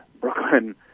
Brooklyn